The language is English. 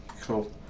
Cool